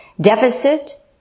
deficit